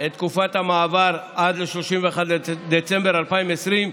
את תקופת המעבר עד ל-31 בדצמבר 2020,